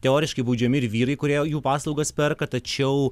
teoriškai baudžiami ir vyrai kurie jų paslaugas perka tačiau